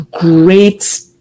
great